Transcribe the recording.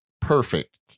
Perfect